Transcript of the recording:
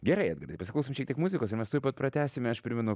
gerai edgardai pasiklausom šiek tiek muzikos ir mes tuoj pat pratęsime aš primenu